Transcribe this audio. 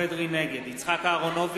זו ההצבעה השמית האחרונה.